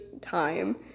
time